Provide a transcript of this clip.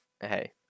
hey